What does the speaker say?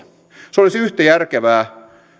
se olisi yhtä järkevää